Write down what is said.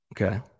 Okay